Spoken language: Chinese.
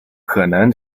可能